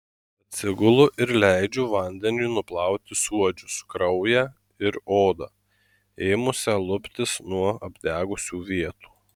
atsigulu ir leidžiu vandeniui nuplauti suodžius kraują ir odą ėmusią luptis nuo apdegusių vietų